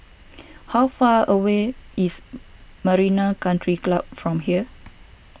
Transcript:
how far away is Marina Country Club from here